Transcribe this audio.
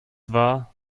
war